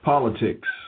Politics